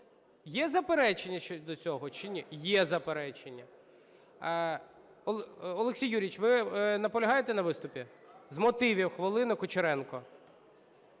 Є заперечення щодо цього чи ні? Є заперечення. Олексій Юрійович, ви наполягаєте на виступі? З мотивів хвилина, Кучеренко.